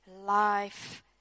life